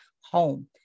home